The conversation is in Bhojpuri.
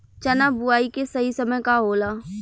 चना बुआई के सही समय का होला?